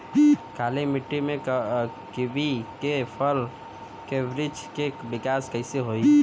काली मिट्टी में कीवी के फल के बृछ के विकास कइसे होई?